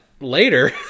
later